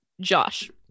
Josh